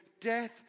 Death